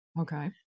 Okay